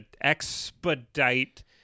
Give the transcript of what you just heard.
expedite